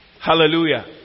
Hallelujah